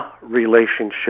relationship